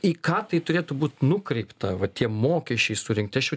į ką tai turėtų būt nukreipta va tie mokesčiai surinkti aš jau